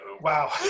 wow